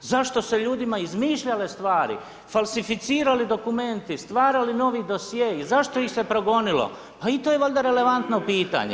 Zašto se ljudima izmišljale stvari, falsificirali dokumenti, stvarali novi dosjei, zašto ih se progonilo pa i to je valja relevantno pitanje.